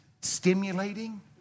stimulating